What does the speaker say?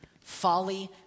Folly